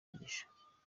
umugisha